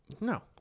no